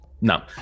No